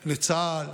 לצה"ל,